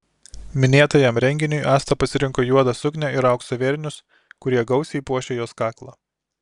minėtajam renginiui asta pasirinko juodą suknią ir aukso vėrinius kurie gausiai puošė jos kaklą